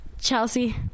Chelsea